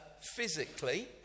physically